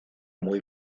muy